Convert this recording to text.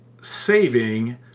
saving